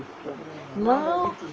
now